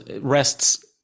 rests